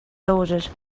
loaded